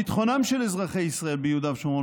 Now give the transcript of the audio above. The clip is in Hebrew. ביטחונם של אזרחי ישראל ביהודה ושומרון